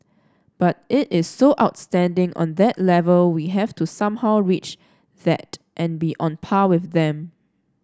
but it is so outstanding on that level we have to somehow reach that and be on par with them